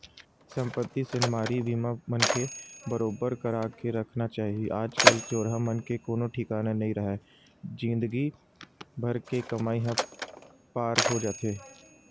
संपत्ति सेंधमारी बीमा मनखे बरोबर करा के रखना चाही आज कल चोरहा मन के कोनो ठिकाना नइ राहय जिनगी भर के कमई ह पार हो जाथे